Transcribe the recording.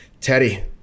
Teddy